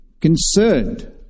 concerned